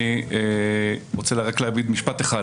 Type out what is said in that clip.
רק משפט אחד